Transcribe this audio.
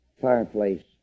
fireplace